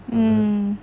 mm